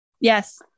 Yes